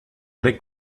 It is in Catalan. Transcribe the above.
grec